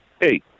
hey